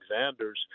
Alexander's